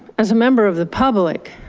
as a member of the public,